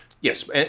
Yes